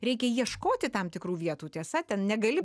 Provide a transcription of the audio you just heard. reikia ieškoti tam tikrų vietų tiesa ten negali